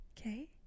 Okay